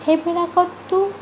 সেইবিলাকতটো